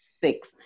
six